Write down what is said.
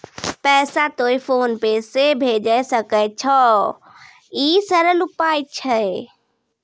पैसा तोय फोन पे से भैजै सकै छौ? ई सरल उपाय छै?